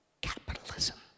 capitalism